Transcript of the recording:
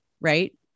right